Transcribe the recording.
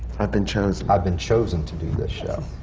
i've been chosen. i've been chosen to do this show.